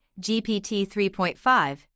GPT-3.5